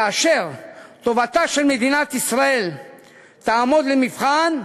כאשר טובתה של מדינת ישראל תעמוד למבחן,